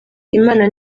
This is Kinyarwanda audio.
imana